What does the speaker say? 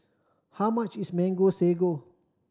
how much is Mango Sago